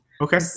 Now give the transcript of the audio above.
Okay